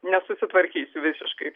nesusitvarkysiu visiškai